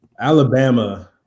Alabama